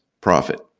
profit